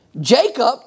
Jacob